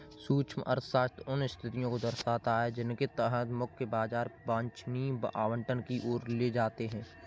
सूक्ष्म अर्थशास्त्र उन स्थितियों को दर्शाता है जिनके तहत मुक्त बाजार वांछनीय आवंटन की ओर ले जाते हैं